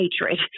hatred